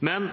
Men